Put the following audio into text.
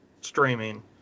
streaming